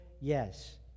Yes